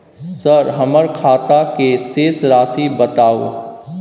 Sir हमर खाता के शेस राशि बताउ?